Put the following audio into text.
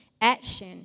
action